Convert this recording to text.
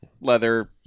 leather